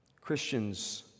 Christians